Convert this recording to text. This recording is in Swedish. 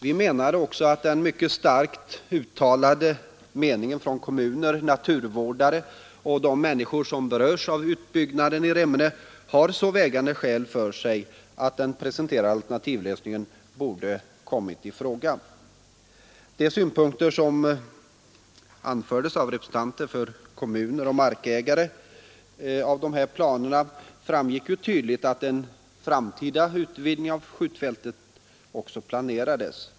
Vi menade också att den mycket starkt uttalade meningen från kommuner, naturvårdare och de människor som berörs av utbyggnaden i Remmene hade så vägande skäl för sig att den presenterade alternativlösningen borde ha kommit i fråga. En synpunkt som anförts av bl.a. representanter för kommuner och markägare är att det av planerna tydligt framgår att en framtida 7 utvidgning av skjutfältet planeras.